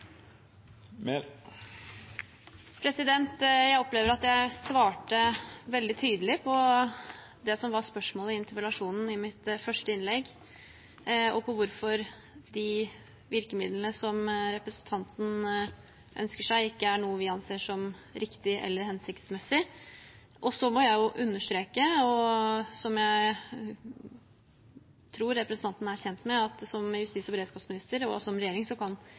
Jeg opplever at jeg svarte veldig tydelig på det som var spørsmålet i interpellasjonen i mitt første innlegg, og på hvorfor de virkemidlene som representanten ønsker seg, ikke er noe vi anser som riktig eller hensiktsmessig. Jeg må understreke – og jeg tror representanten er kjent med det – at jeg som justis- og beredskapsminister og vi som regjering heller ikke kan